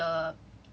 mm